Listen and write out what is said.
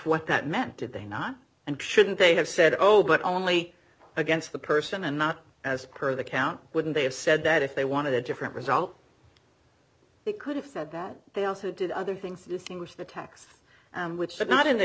what that meant did they not and shouldn't they have said oh but only against the person and not as per the count wouldn't they have said that if they wanted a different result they could have said that they also did other things to distinguish the tax which should not in